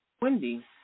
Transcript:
Wendy